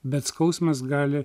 bet skausmas gali